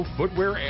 Footwear